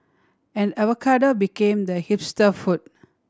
and avocado became the hipster food